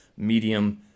Medium